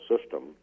system